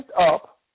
up